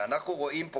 אנחנו רואים פה,